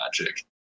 magic